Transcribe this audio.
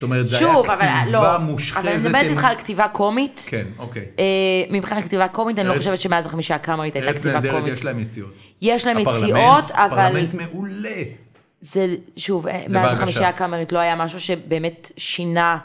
זאת אומרת, זה היה כתיבה מושחזת. אבל אני מדברת איתך על כתיבה קומית. כן, אוקיי. מבחינת כתיבה קומית, אני לא חושבת שמאז החמישייה הקמרית הייתה כתיבה קומית. ארץ נהדרת, יש להם יציאות. יש להם יציאות, אבל... הפרלמנט מעולה. זה, שוב, מאז החמישייה הקאמרית לא היה משהו שבאמת שינה.